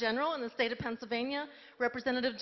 general in the state of pennsylvania representative